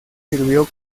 sirvió